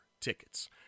tickets